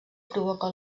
provoca